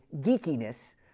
geekiness